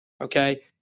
Okay